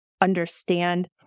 understand